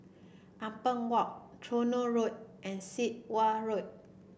Ampang Walk Tronoh Road and Sit Wah Road